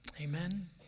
Amen